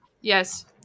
Yes